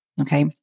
Okay